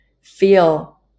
feel